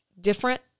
different